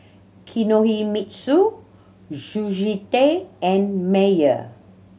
Kinohimitsu Sushi Tei and Mayer